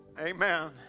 Amen